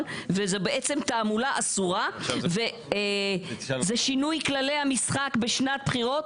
וזו בעצם תעמולה אסורה וזה שינוי כללי המשחק בשנת בחירות.